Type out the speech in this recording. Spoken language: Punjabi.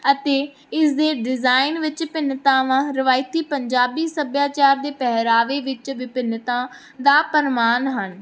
ਅਤੇ ਇਸ ਦੇ ਡਿਜ਼ਾਇਨ ਵਿੱਚ ਭਿੰਨਤਾਵਾਂ ਰਵਾਇਤੀ ਪੰਜਾਬੀ ਸੱਭਿਆਚਾਰ ਦੇ ਪਹਿਰਾਵੇ ਵਿੱਚ ਵਿਭਿੰਨਤਾ ਦਾ ਪ੍ਰਮਾਣ ਹਨ